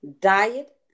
diet